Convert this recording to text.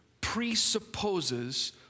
presupposes